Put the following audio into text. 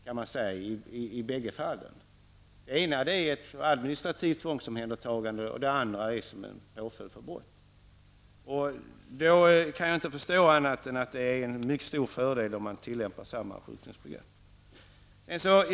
I det ena fallet är det ett administrativt omhändertagande, och i det andra en påföljd för brott. Då kan jag inte förstå annat än att det är en mycket stor fördel om man tillämpar samma sjukdomsbegrepp.